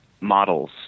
models